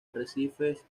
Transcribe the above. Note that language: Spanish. arrecifes